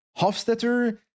Hofstetter